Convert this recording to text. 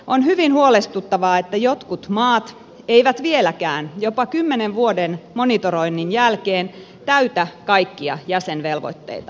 on hyvin huolestuttavaa että jotkut maat eivät vieläkään jopa kymmenen vuoden monitoroinnin jälkeen täytä kaikkia jäsenvelvoitteitaan